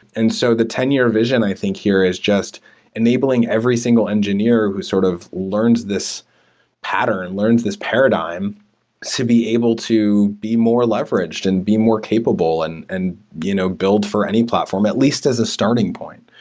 and so, the ten year vision i think here is jus t enabling every single engineer who sort of learns this pattern, learns this paradigm to be able to be more leveraged and be more capable and and you know build for any platform, at least as a starting point.